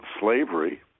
slavery